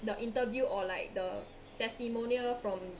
the interview or like the testimonial from